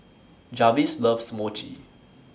Jarvis loves Mochi